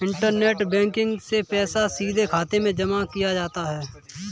internet banking से पैसा सीधे खाते में जमा किया जा सकता है